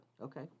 Okay